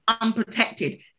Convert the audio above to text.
unprotected